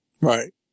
Right